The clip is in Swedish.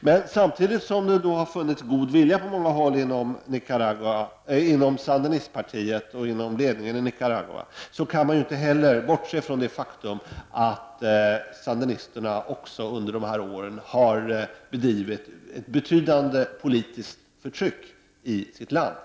Men samtidigt som det har funnits god vilja på många håll inom sandinistpartiet och inom ledningen i Nicaragua, kan man inte heller bortse från det faktum att sandinisterna under dessa år även har bedrivit ett betydande politiskt förtryck i sitt land.